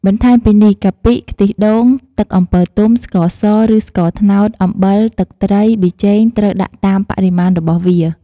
បន្ថែមពីនេះ កាពិ ខ្ទិះដូង ទឹកអំពិលទុំ ស្ករស ឬស្ករត្នោត អំបិល ទឹកត្រី ប៊ីចេង ត្រូវដាក់តាមបរិមាណរបស់វា។